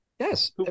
Yes